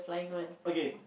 orh okay